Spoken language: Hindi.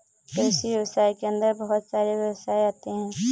कृषि व्यवसाय के अंदर बहुत सारे व्यवसाय आते है